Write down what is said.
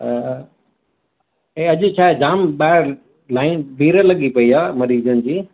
हे अॼु छा आहे जामु ॿाहिरि लाइन भीड़ लॻी पई आहे मरीज़नि जी